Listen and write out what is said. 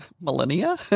millennia